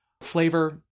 flavor